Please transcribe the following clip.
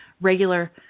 regular